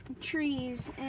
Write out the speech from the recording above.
trees